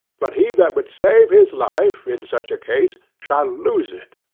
but he that would save his life, in such a case, shall lose it.